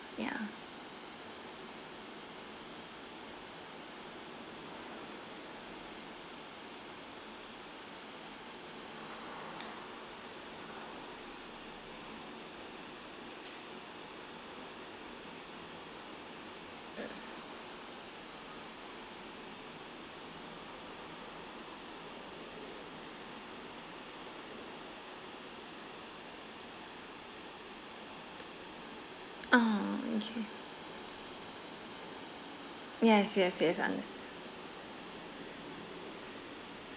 yeah uh okay yes yes yes understood